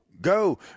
Go